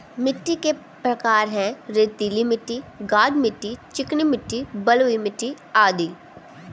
मिट्टी के प्रकार हैं, रेतीली मिट्टी, गाद मिट्टी, चिकनी मिट्टी, बलुई मिट्टी अदि